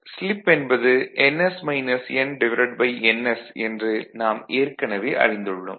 slip என்பது ns என்று நாம் ஏற்கனவே அறிந்துள்ளோம்